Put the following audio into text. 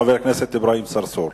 חבר הכנסת אברהים צרצור.